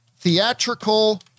theatrical